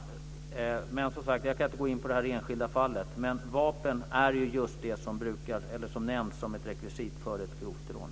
Jag kan som sagt inte gå in på det här enskilda fallet, men just vapen hör till det som nämns som ett rekvisit för ett grovt rån.